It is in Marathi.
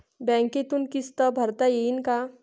बँकेतून किस्त भरता येईन का?